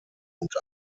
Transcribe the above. und